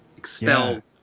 expel